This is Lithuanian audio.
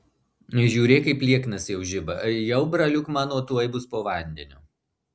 žiūrėk kaip lieknas jau žiba jau braliuk mano tuoj bus po vandeniu